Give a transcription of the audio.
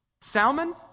Salmon